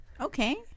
Okay